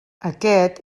aquest